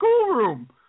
schoolroom